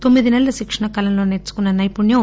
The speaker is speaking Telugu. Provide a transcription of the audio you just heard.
తొమ్మిది సెలల శిక్షణ కాలంలో నేర్చుకున్న నైపుణ్యం